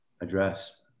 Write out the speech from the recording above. address